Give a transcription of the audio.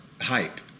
hype